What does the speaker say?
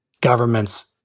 governments